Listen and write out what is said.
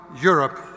Europe